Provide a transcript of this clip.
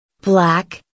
Black